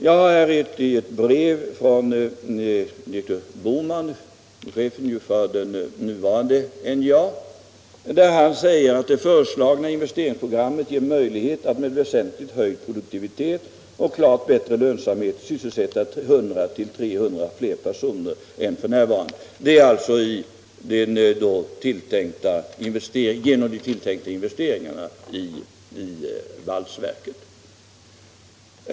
Jag har här ett brev från direktör Boman, t. f. chefen för det nuvarande NJA, där han säger att det föreslagna investeringsprogrammet ger möjlighet att med väsentligt höjd produktivitet och klart bättre lönsamhet sysselsätta 100-300 fler personer än f. n. Han åsyftar alltså de tilltänkta investeringarna i valsverket.